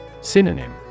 Synonym